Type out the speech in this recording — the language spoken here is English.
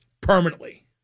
permanently